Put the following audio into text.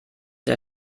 der